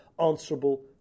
answerable